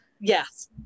yes